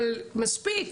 אבל מספיק.